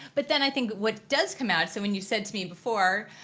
but then i think what does come out, so when you said to me before,